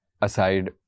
aside